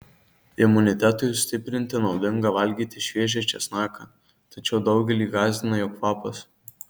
imunitetui stiprinti naudinga valgyti šviežią česnaką tačiau daugelį gąsdina jo kvapas